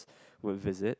would visit